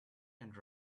and